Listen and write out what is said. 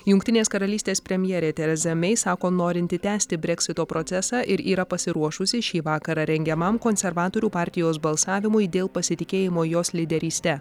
jungtinės karalystės premjerė tereza mei sako norinti tęsti breksito procesą ir yra pasiruošusi šį vakarą rengiamam konservatorių partijos balsavimui dėl pasitikėjimo jos lyderyste